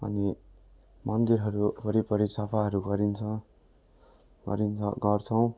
अनि मन्दिरहरू वरिपरि सफाहरू गरिन्छ गर्छौँ